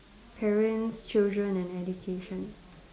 parents children and education